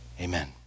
Amen